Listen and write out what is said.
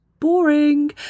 boring